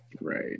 right